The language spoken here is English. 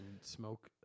smoke